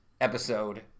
episode